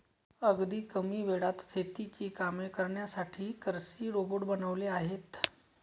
अगदी कमी वेळात शेतीची कामे करण्यासाठी कृषी रोबोट बनवले आहेत